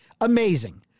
Amazing